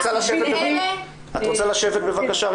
את רוצה לשבת רגע?